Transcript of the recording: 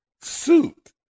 Suit